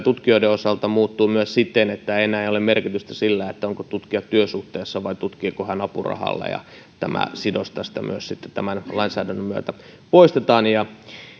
tutkijoiden osalta myös siten että enää ei ole merkitystä sillä onko tutkija työsuhteessa vai tutkiiko hän apurahalla tämä sidos tämän lainsäädännön myötä poistetaan ja